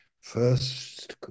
First